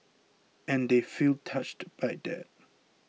and they feel touched by that